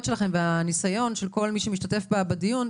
שלכם ומהניסיון של כל מי שמשתתף בדיון,